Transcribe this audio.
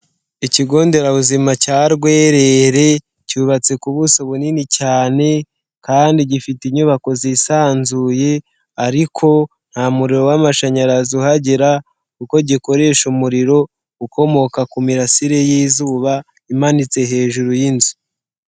Ikigo nderabuzima cya Rwerere cyubatse ku buso bunini cyane kandi gifite inyubako zisanzuye, ariko nta muriro w'amashanyarazi uhagera kuko gikoresha umuriro ukomoka ku mirasire y'izuba, imanitse hejuru y'inzu.